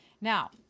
Now